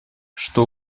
что